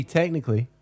technically